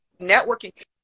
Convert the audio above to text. networking